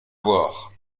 voir